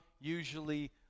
usually